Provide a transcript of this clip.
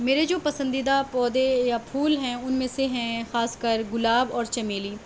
میرے جو پسندیدہ پودے یا پھول ہیں ان میں سے ہیں خاص کر گلاب اور چمیلی